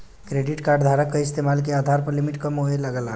credit card धारक क इस्तेमाल के आधार पर लिमिट कम होये लगला